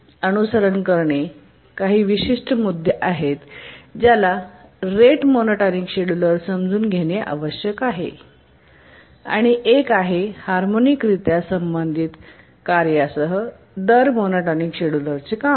अनुसरण करणे काही विशिष्ट मुद्दे आहेत ज्याला रेट मोनोटोनिक शेड्यूलर समजून घेणे आवश्यक आहे आणि एक आहे हार्मोनिकरित्या संबंधित कार्यांसह दर मोनोटॉनिक शेड्यूलरचे काम